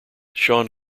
sean